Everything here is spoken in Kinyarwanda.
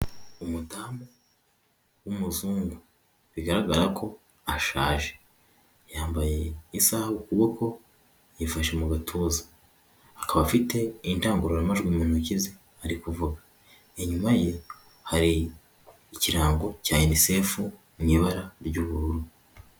Umudamu w'umuzungu bigaragara ko ashaje yambaye isaaha kukuboko yafashe mu gatuza akaba afite indangururamajwi mu ntoki ze, arikuvuga inyuma ye hari ikirango cya inisefu mu ibara ry'ubururu.